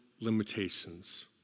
limitations